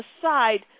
aside